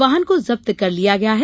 वाहन को जब्त कर लिया गया है